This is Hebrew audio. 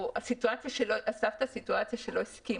הוספת סיטואציה שלא הסכימו.